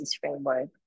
framework